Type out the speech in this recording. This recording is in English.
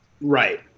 Right